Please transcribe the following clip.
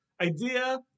idea